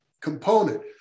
component